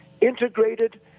integrated